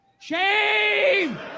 Shame